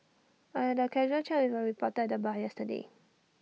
I had A casual chat with A reporter at the bar yesterday